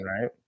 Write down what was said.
right